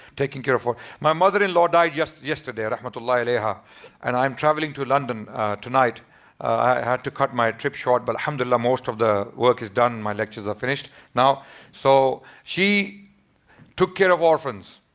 take and care for orphans. my mother-in-law died just yesterday. rahmatullah alaiha and i'm travelling to london tonight. i had to cut my trip short but hamdulillah, most of the work is done. my lectures are finished now so she took care of orphans,